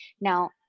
Now